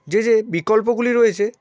যে যে বিকল্পগুলি রয়েছে